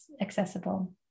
accessible